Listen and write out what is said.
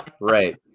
Right